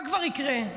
מה כבר יקרה?